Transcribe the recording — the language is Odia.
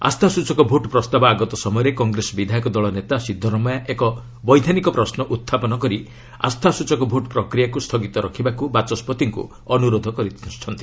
ଆସ୍ଥାସ୍ଟଚକ ଭୋଟ୍ ପ୍ରସ୍ତାବ ଆଗତ ସମୟରେ କଂଗ୍ରେସ୍ ବିଧାୟକ ଦଳ ନେତା ସିଦ୍ଧରମୟା ଏକ ବୈଧାନିକ ପ୍ରଶ୍ନ ଉତ୍ଥାପନ କରି ଆସ୍ଥାସୂଚକ ଭୋଟ୍ ପ୍ରକ୍ରିୟାକୁ ସ୍ଥଗିତ ରଖିବାକୁ ବାଚସ୍କତିଙ୍କୁ ଅନୁରୋଧ କରିଛନ୍ତି